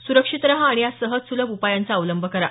सुरक्षित रहा आणि या सहज सुलभ उपायांचा अवलंब करा